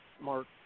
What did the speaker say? Mark